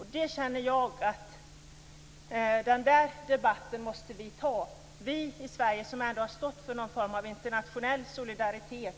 Jag känner att vi måste ta upp den debatten. Vi i Sverige har ju ändå stått för någon form av internationell solidaritet.